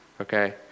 okay